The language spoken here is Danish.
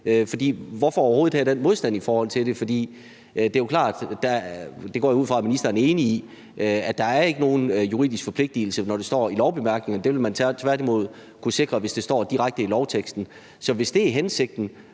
hvorfor overhovedet have den modstand imod det? For det er jo klart – det går jeg ud fra at ministeren er enig i – at der ikke er nogen juridisk forpligtelse i det, når det står i lovbemærkningerne, men det vil man kunne sikre, hvis det står direkte i lovteksten. Så hvis det er hensigten,